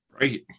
right